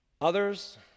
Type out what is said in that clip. Others